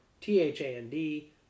T-H-A-N-D